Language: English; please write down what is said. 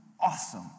awesome